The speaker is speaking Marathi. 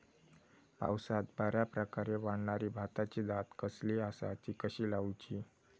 पावसात बऱ्याप्रकारे वाढणारी भाताची जात कसली आणि ती कशी लाऊची?